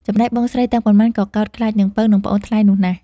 ចំណែកបងស្រីទាំងប៉ុន្មានក៏កោតខ្លាចនាងពៅ និងប្អូនថ្លៃនោះណាស់។